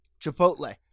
Chipotle